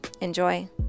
Enjoy